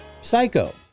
Psycho